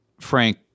Frank